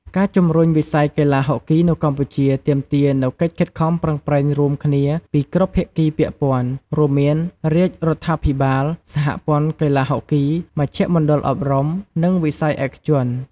ការជំរុញវិស័យកីឡាហុកគីនៅកម្ពុជាទាមទារនូវកិច្ចខិតខំប្រឹងប្រែងរួមគ្នាពីគ្រប់ភាគីពាក់ព័ន្ធ រួមមានរាជរដ្ឋាភិបាល សហព័ន្ធកីឡាហុកគី មជ្ឈមណ្ឌលអប់រំ និងវិស័យឯកជន។